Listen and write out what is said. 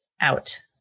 out